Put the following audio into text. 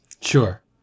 Sure